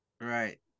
Right